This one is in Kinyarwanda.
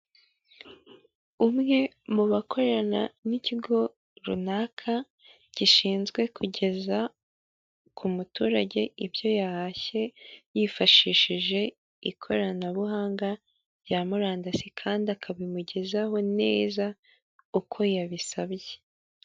Umwe mu bakorana n'ikigo runaka, gishinzwe kugeza ku muturage ibyo yahashye yifashishije ikoranabuhanga rya murandasi, kandi akabimugezaho neza, uko yabisabye.